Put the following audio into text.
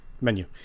menu